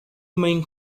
main